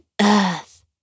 Earth